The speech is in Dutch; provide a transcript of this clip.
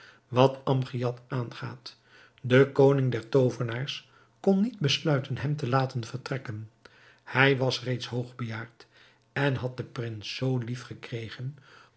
wat amgiad aangaat de koning der toovenaars kon niet besluiten hem te laten vertrekken hij was reeds hoog bejaard en had den prins zoo lief gekregen